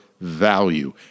value